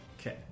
Okay